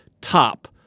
top